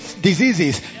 diseases